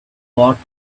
ought